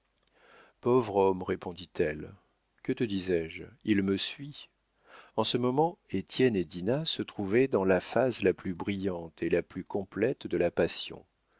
pauvre homme répondit-elle que te disais-je il me suit en ce moment étienne et dinah se trouvaient dans la phase la plus brillante et la plus complète de la passion